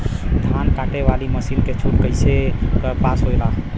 धान कांटेवाली मासिन के छूट कईसे पास होला?